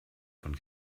von